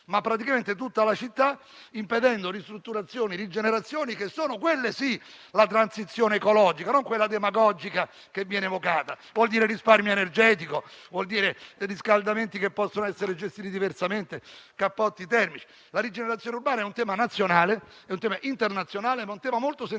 ma è praticamente tutta la città, impedendo ristrutturazioni e rigenerazioni, che sono - quelle sì - la transizione ecologica e non quella demagogica che viene evocata. Ciò vuol dire risparmio energetico, riscaldamenti che possono essere gestiti diversamente e cappotti termici. La rigenerazione urbana è un tema nazionale e internazionale molto sentito